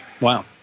Wow